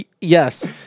yes